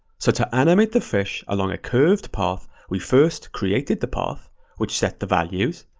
so to animate the fish along a curved path, we first created the path which set the values,